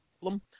problem